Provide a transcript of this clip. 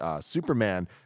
Superman